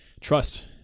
trust